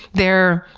their